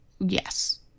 Yes